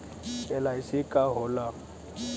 LIC का होला?